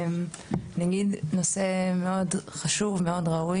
אני אגיד שמדובר בנושא חשוב ומאוד ראוי